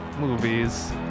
movies